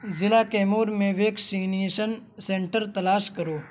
ضلع کیمور میں vaccination centre تلاش کرو